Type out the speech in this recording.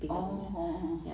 oh oh oh